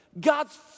God's